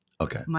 Okay